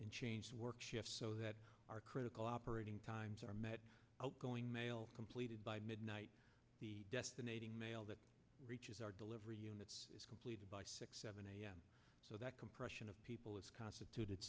and change work shifts so that our critical operating times are met outgoing mail completed by midnight destiny mail that reaches our delivery units is completed by six seven a m so that compression of people is constituted